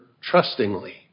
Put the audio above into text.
trustingly